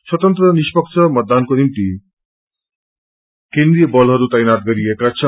स्वतन्त्र निष्पक्ष मतदानको निम्ति केन्द्रिय बलहरू तैनात गरिएका छन्